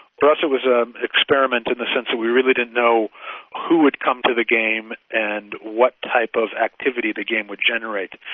for us it was an experiment in the sense that we really didn't know who would come to the game and what type of activity the game would generate,